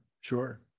Sure